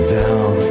down